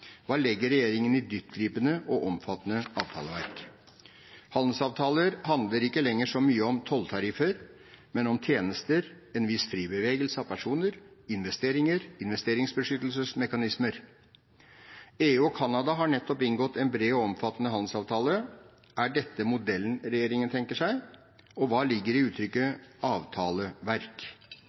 Hva legger regjeringen i «dyptgripende og omfattende» avtaleverk? Handelsavtaler handler ikke lenger så mye om tolltariffer, men om tjenester, en viss fri bevegelse av personer, investeringer – investeringsbeskyttelsesmekanismer. EU og Canada har nettopp inngått en bred og omfattende handelsavtale. Er dette modellen regjeringen tenker seg? Og hva ligger i uttrykket